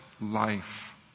life